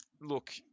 look